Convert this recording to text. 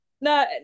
No